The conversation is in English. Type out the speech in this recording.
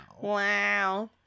Wow